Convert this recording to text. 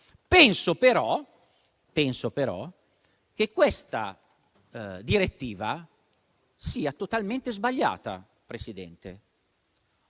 penso però che questa direttiva sia totalmente sbagliata, Presidente.